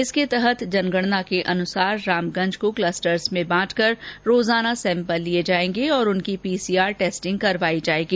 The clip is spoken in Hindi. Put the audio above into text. इसके तहत जनगणना के अनुसार रामगंज को क्लस्टर्स में बांटकर प्रतिदिन सैम्पल लिए जाएंगे और उनकी पीसीआर टेस्टिंग करवाई जाएगी